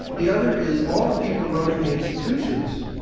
the other is all the people running the institutions,